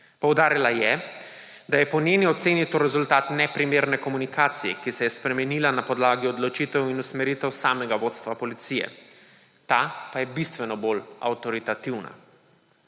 Poudarila je, da je po njeni oceni ta rezultat neprimerne komunikacije, ki se je spremenila na podlagi odločitev in usmeritev samega vodstva policije, ta pa je bistveno bolj avtoritativna.